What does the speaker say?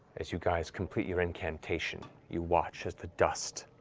as you guys complete your incantation, you watch as the dust